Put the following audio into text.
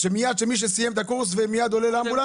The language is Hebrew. שמיד מי שסיים את הקורס מיד עולה לאמבולנס?